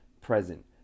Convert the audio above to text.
present